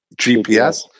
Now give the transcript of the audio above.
GPS